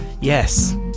Yes